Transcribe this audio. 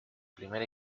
primer